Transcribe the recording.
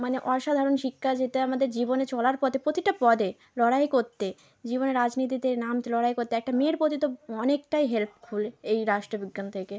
মানে অসাধারণ শিক্ষা যেটা আমাদের জীবনে চলার পথে প্রতিটা পদে লড়াই করতে জীবনে রাজনীতিতে নামতে লড়াই করতে একটা মেয়ের প্রতি তো অনেকটাই হেল্পফুল এই রাষ্ট্রবিজ্ঞান থেকে